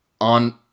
on